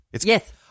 yes